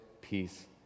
peace